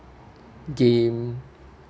game